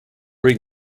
bring